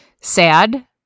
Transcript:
sad